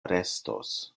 restos